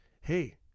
hey